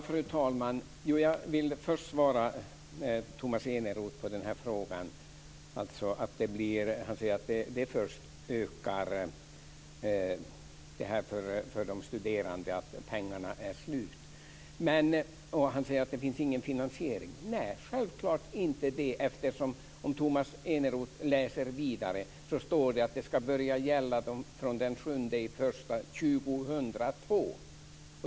Fru talman! Jag vill först svara Tomas Eneroth på frågan. Han säger att pengarna är slut för de studerande. Han säger att det inte finns någon finansiering. Nej, självklart inte. Om Tomas Eneroth läser vidare står det att det ska börja gälla den 7 januari 2002.